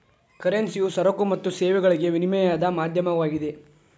ಕರೆನ್ಸಿಯು ಸರಕು ಮತ್ತು ಸೇವೆಗಳಿಗೆ ವಿನಿಮಯದ ಮಾಧ್ಯಮವಾಗಿದೆ